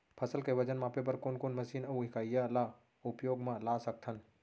फसल के वजन मापे बर कोन कोन मशीन अऊ इकाइयां ला उपयोग मा ला सकथन?